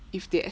if they